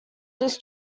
this